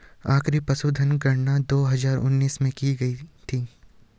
आखिरी पशुधन गणना दो हजार उन्नीस में की गयी थी